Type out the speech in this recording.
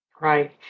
Right